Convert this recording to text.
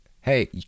Hey